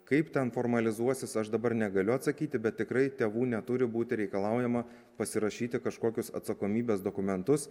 kaip ten formalizuosis aš dabar negaliu atsakyti bet tikrai tėvų neturi būti reikalaujama pasirašyti kažkokius atsakomybės dokumentus